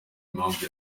impamvu